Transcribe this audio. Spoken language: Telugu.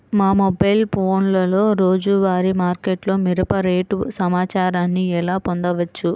మా మొబైల్ ఫోన్లలో రోజువారీ మార్కెట్లో మిరప రేటు సమాచారాన్ని ఎలా పొందవచ్చు?